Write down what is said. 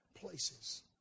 places